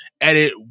edit